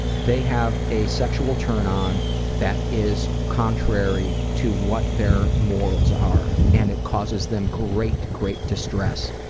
they have a sexual turn on that is contrary to what their morals are. and it causes them great, great distress.